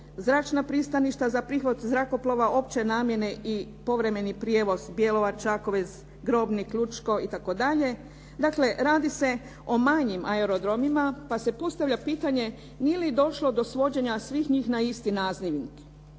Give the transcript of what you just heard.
zračna pristaništa za prihvat zrakoplova opće namjene i povremeni prijevoz Bjelovar, Čakovec, Grobnik, Lučko itd.. Dakle, radi se o manjim aerodromima pa se postavlja pitanje nije li došlo do svođenja svih njih na isti nazivnik?